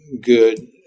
good